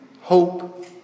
hope